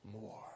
more